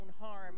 harm